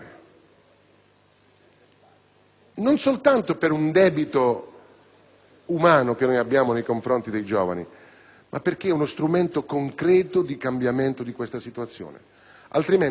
non soltanto per un debito umano nei confronti dei giovani, ma perché è uno strumento concreto di cambiamento dell'attuale situazione. Altrimenti, lei converrà,